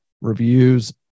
reviews